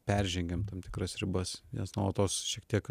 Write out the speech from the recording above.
peržengiam tam tikras ribas nes nuolatos šiek tiek